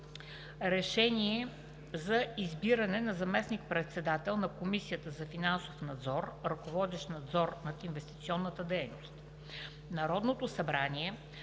РЕШЕНИЕ за избиране на заместник-председател на Комисията за финансов надзор, ръководещ управление „Надзор на инвестиционната дейност“ Народното събрание